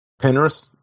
Penrith